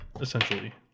essentially